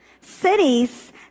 Cities